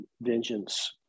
vengeance